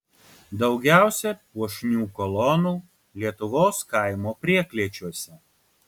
daugiausia puošnių kolonų lietuvos kaimo prieklėčiuose